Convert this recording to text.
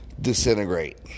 disintegrate